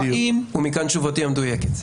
בדיוק ומכאן תשובתי המדויקת.